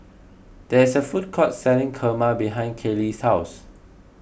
there is a food court selling Kurma behind Kaylie's house